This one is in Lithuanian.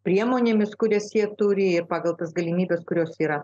priemonėmis kurias jie turi ir pagal tas galimybes kurios yra